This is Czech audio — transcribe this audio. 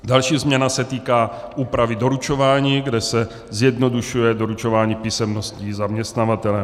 Další změna se týká úpravy doručování, kde se zjednodušuje doručování písemností zaměstnavatelem.